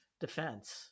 defense